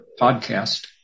Podcast